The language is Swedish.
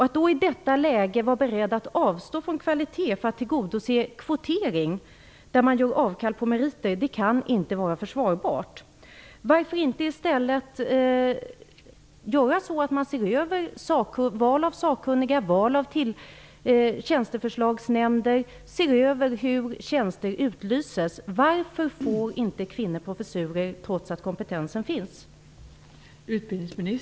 Att i detta läge vara beredd att avstå från kvalitet för att tillgodose kvotering, där man gör avkall på meriter, kan inte vara försvarbart. Varför inte i stället se över val av sakkunniga och tjänsteförslagsnämnder och hur tjänster utlyses - varför får inte kvinnor professurer trots att kompetensen finns?